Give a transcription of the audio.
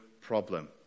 problem